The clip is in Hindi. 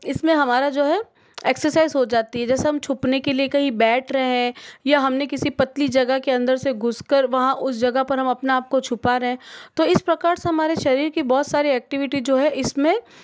इसमें हमारा जो है एक्सर्साइज़ हो जाती है जैसे हम छुपने के लिए कहीं बैठ रहे हैं या हम किसी पतली जगह के अंदर से घुस कर वहाँ उस जगह पर अपने आप को छुपा रहे है तो इस प्रकार से हमारे शरीर की बहुत सारी एक्टिविटी जो है इसमें